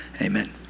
amen